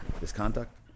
Misconduct